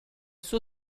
suo